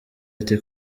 ati